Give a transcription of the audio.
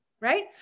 right